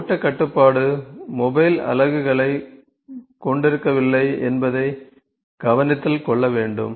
ஓட்ட கட்டுப்பாடு மொபைல் அலகுகளைக் கொண்டிருக்கவில்லை என்பதைக் கவனத்தில் கொள்ள வேண்டும்